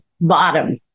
bottom